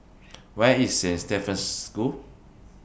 Where IS Saint Stephen's School